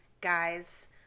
guys